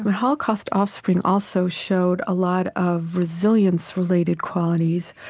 but holocaust offspring also showed a lot of resilience-related qualities,